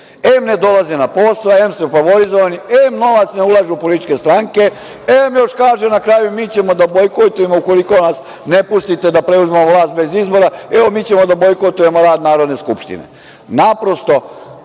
ne dolaze na posao, em su favorizovani, em novac ne ulažu u političke stranke, em još kaže na kraju - mi ćemo da bojkotujemo ukoliko nas ne pustite da preuzmemo vlast bez izbora, evo mi ćemo da bojkotujemo rad Narodne skupštine. Naprosto,